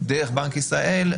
דרך בנק ישראל,